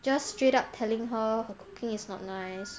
just straight up telling her her cooking is not nice